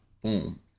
boom